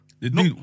No